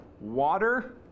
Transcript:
water